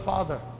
Father